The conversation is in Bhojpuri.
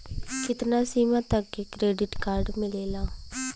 कितना सीमा तक के क्रेडिट कार्ड मिलेला?